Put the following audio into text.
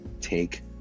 take